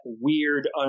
weird